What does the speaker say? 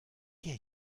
der